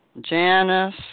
Janice